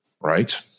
right